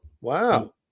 Wow